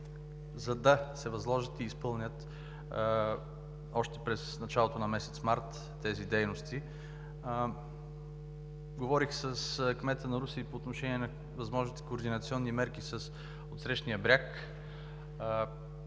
за да се възложат и изпълнят още през началото на месец март тези дейности. Говорих с кмета на Русе и по отношение на възможните координационни мерки с отсрещния бряг.